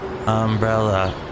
Umbrella